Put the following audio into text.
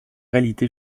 réalité